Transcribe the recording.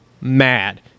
mad